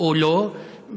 או לא.